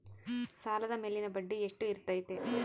ಸಾಲದ ಮೇಲಿನ ಬಡ್ಡಿ ಎಷ್ಟು ಇರ್ತೈತೆ?